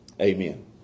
Amen